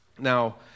Now